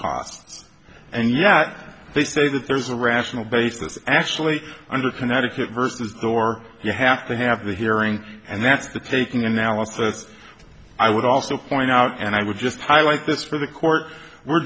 cost and yet they say that there's a rational basis actually under connecticut versus door you have to have the hearing and that the taking analysis i would also point out and i would just highlight this for the court we're